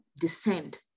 descend